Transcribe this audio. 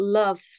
love